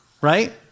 Right